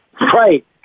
Right